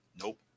Nope